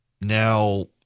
Now